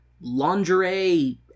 lingerie